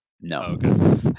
No